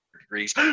degrees